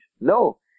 No